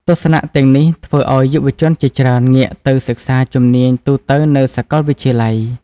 ទស្សនៈទាំងនេះធ្វើឱ្យយុវជនជាច្រើនងាកទៅសិក្សាជំនាញទូទៅនៅសាកលវិទ្យាល័យ។